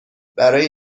برای